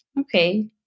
Okay